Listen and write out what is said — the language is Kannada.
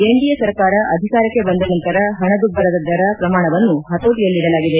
ಎನ್ಡಿಎ ಸರ್ಕಾರ ಅಧಿಕಾರಕ್ಕೆ ಬಂದ ನಂತರ ಹಣದುಬ್ಬರ ದರ ಪ್ರಮಾಣವನ್ನು ಹತೋಟಿಯಲ್ಲಿಡಲಾಗಿದೆ